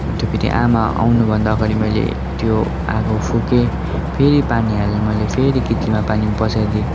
अन्त फेरि आमा आउनुभन्दा अगाडि मैले त्यो आगो फुके फेरि पानी हालेर मैले फेरि कित्लीमा पानी बसाइदिएँ अन्त